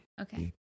okay